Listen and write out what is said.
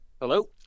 hello